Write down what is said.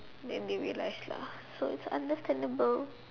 and they realise lah so it's understandable